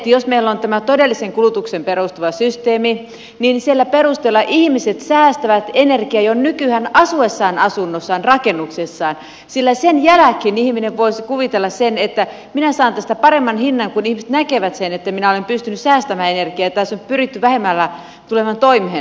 jos meillä on tämä todelliseen kulutukseen perustuva systeemi niin sillä perusteella ihmiset säästävät energiaa jo nykyään asuessaan asunnossaan rakennuksessaan sillä sen jälkeen ihminen voisi kuvitella että minä saan tästä paremman hinnan kun ihmiset näkevät sen että minä olen pystynyt säästämään energiaa tässä on pyritty vähemmällä tulemaan toimeen